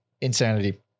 insanity